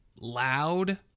loud